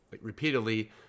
repeatedly